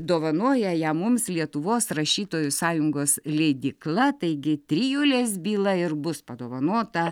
dovanoja ją mum lietuvos rašytojų sąjungos leidykla taigi trijulės byla ir bus padovanota